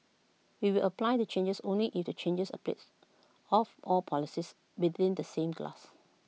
we will apply the changes only if the changes applies of all policies within the same class